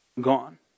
gone